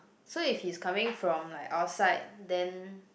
so if he's coming from like outside then